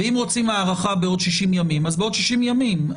ואם רוצים הארכה בעוד 60 ימים, אז בעוד 60 ימים.